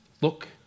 look